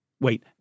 Wait